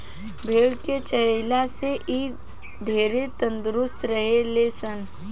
भेड़ के चरइला से इ ढेरे तंदुरुस्त रहे ले सन